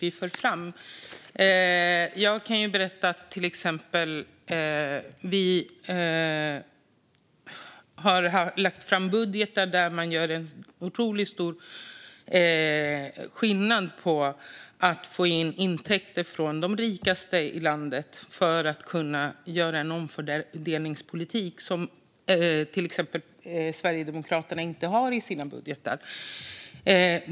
Vi har lagt fram budgetmotioner om att få in intäkter från de rikaste i landet för att kunna driva en omfördelningspolitik, vilket Sverigedemokraterna inte har i sina budgetar.